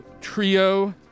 trio